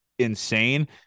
insane